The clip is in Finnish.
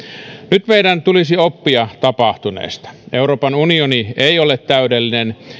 nyt meidän tulisi oppia tapahtuneesta euroopan unioni ei ole täydellinen